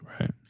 Right